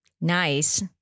nice